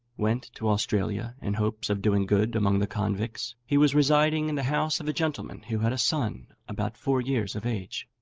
went to australia, in hopes of doing good among the convicts, he was residing in the house of a gentleman who had a son about four years of age.